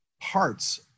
parts